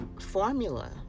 formula